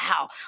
wow